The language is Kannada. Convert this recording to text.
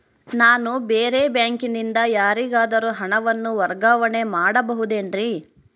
ನಾನು ಬೇರೆ ಬ್ಯಾಂಕಿನಿಂದ ಯಾರಿಗಾದರೂ ಹಣವನ್ನು ವರ್ಗಾವಣೆ ಮಾಡಬಹುದೇನ್ರಿ?